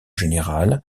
général